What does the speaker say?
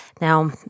Now